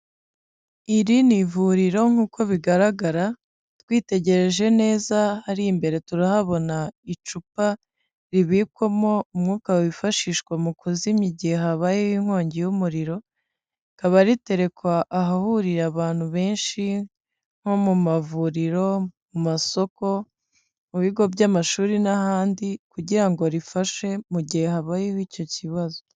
Iri ni ivuriro nk'uko bigaragara twitegereje neza hariya imbere turahabona icupa ribikwamo umwuka wifashishwa mu kuzimya igihe habayeho inkongi y'umuriro rikaba riterekwa ahahurira abantu benshi nko mu mavuriro, mu masoko, mu bigo by'amashuri n'ahandi kugira ngo rifashe mu gihe habayeho icyo kibazo.